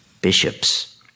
bishops